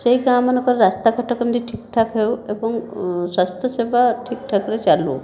ସେହି ଗାଁମାନଙ୍କରେ ରାସ୍ତା ଘାଟ କେମିତି ଠିକ୍ଠାକ୍ ହେଉ ଏବଂ ସ୍ୱାସ୍ଥ୍ୟସେବା ଠିକ୍ ଠାକ୍ରେ ଚାଲୁ